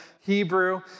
Hebrew